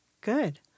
Good